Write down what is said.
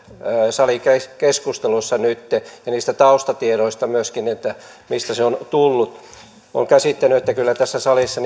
salikeskustelussamme nytten ja niistä taustatiedoista myöskin että mistä se on tullut olen käsittänyt että kyllä tässä salissa